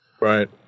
right